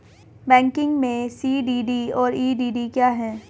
Banking में CDD और EDD क्या हैं?